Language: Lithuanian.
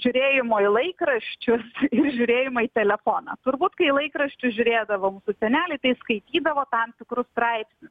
žiūrėjimo į laikraščius ir žiūrėjimo į telefoną turbūt kai laikraščius žiūrėdavom seneliai tai skaitydavo tam tikrus straipsnius